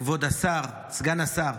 כבוד השר, סגן השר,